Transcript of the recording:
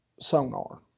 sonar